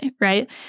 right